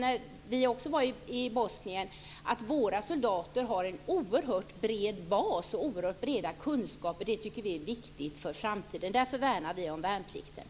När vi var i Bosnien visade det sig att våra soldater hade en oerhört bred bas och breda kunskaper. Det tycker vi är viktigt inför framtiden. Därför värnar vi om värnplikten.